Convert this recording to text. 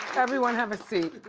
everyone have a seat.